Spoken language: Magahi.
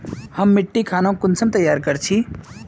हम मिट्टी खानोक कुंसम तैयार कर छी?